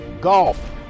golf